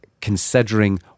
considering